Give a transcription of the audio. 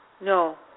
No